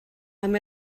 amb